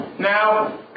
Now